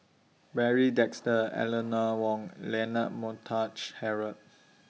Barry Desker Eleanor Wong Leonard Montague Harrod